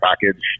package